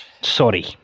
Sorry